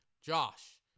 Josh